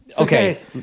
Okay